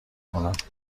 کنند